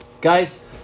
Guys